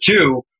two